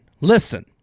Listen